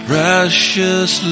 Precious